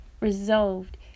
resolved